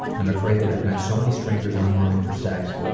i'm afraid that i've met so many strangers online for sex,